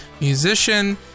musician